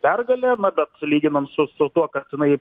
pergalę mada lyginan su su tuo kas jinai